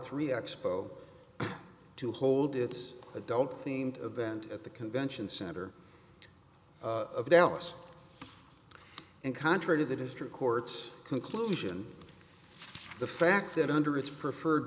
three expo to hold its adult themed event at the convention center of dallas and contrary to the district court's conclusion the fact that under its preferred